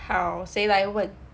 好谁来问